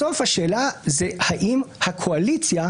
בסוף השאלה היא האם הקואליציה,